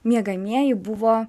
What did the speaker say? miegamieji buvo